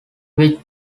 which